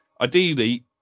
Ideally